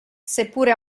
seppure